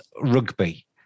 rugby